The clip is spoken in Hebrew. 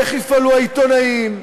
ואיך יפעלו העיתונאים,